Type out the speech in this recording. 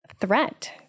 threat